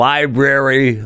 Library